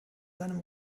seinem